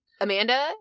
Amanda—